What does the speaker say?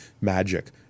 magic